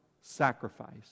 sacrifice